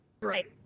Right